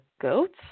goats